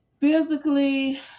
physically